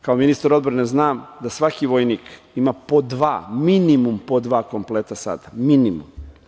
Kao ministar odbrane znam da svaki vojnik ima po dva, minimum po dva kompleta sada, minimum.